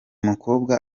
mukobwa